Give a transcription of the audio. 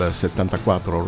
74